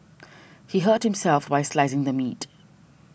he hurt himself while slicing the meat